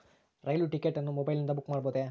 ರೈಲು ticket ಅನ್ನು ಮೊಬೈಲಿಂದ book ಮಾಡಬಹುದೆ?